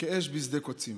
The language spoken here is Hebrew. כאש בשדה קוצים.